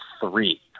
three